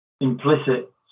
implicit